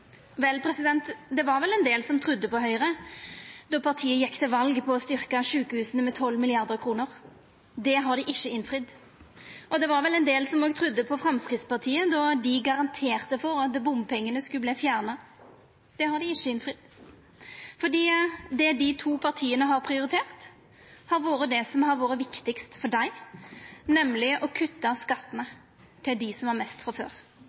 Vel, det var vel ein del som trudde på Høgre då partiet gjekk til val på å styrkja sjukehusa med 12 mrd. kr – det har dei ikkje innfridd. Det var vel ein del som òg trudde på Framstegspartiet då dei garanterte for at bompengane skulle verta fjerna – det har dei ikkje innfridd. Det dei to partia har prioritert, har vore det som har vore viktigast for dei, nemleg å kutta skattane til dei som har mest frå før.